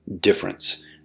difference